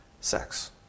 Sex